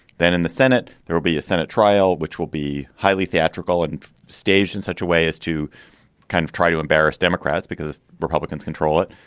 then in the senate, there will be a senate trial, which will be highly theatrical and staged in such a way as to kind of try to embarrass democrats because republicans control it.